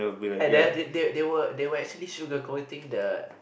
and then th~ they were they were actually sugarcoating the